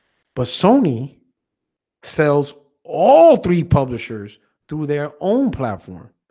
but sony sells all three publishers through their own platform